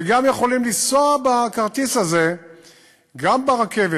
וגם יכולים לנסוע בכרטיס הזה גם ברכבת,